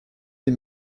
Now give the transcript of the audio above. des